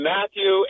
Matthew